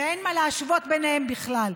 ואין מה להשוות ביניהם בכלל.